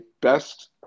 best